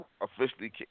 officially